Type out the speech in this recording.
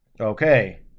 Okay